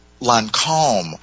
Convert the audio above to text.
Lancome